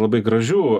labai gražių